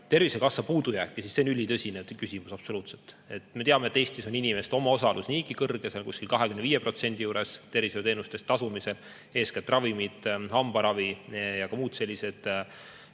Tervisekassa puudujääki, siis see on ülitõsine küsimus, absoluutselt. Me teame, et Eestis on inimeste omaosalus niigi kõrge, 25% juures, tervishoiuteenuste eest tasumisel, eeskätt ravimite, hambaravi ja muude selliste